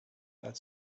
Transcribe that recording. that